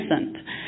innocent